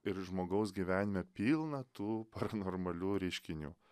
ir žmogaus gyvenime pilna tų paranormalių reiškinių